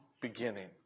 beginning